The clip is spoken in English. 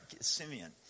Simeon